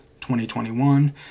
2021